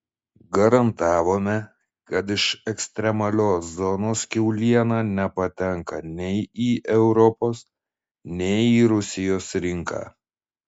garantavome kad iš ekstremalios zonos kiauliena nepatenka nei į europos nei į rusijos rinką